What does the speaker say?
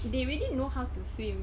they really know how to swim